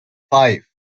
five